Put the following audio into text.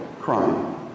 crime